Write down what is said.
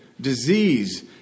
disease